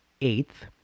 eighth